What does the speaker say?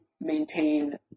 maintain